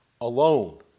alone